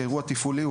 כאירוע תפעולי,